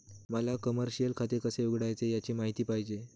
मला कमर्शिअल खाते कसे उघडायचे याची माहिती पाहिजे